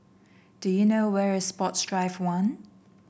do you know where is Sports Drive One